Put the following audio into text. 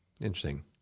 interesting